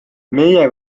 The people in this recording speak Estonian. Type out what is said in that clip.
meie